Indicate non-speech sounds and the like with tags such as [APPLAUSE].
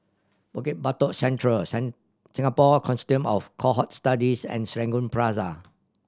Bukit Batok Central [UNINTELLIGIBLE] Singapore Consortium of Cohort Studies and Serangoon Plaza